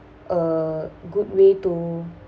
a good way to